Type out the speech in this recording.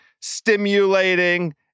stimulating